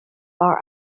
are